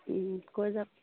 কৈ যাওক